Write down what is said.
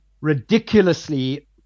ridiculously